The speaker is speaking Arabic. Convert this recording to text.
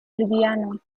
البيانو